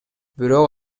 бирок